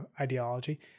ideology